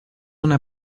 una